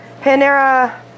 Panera